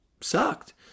sucked